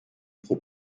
pro